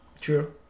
true